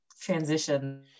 transition